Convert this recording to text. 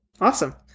awesome